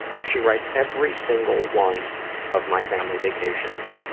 she writes, every single one of my family vacations,